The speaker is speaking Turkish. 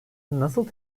nasıl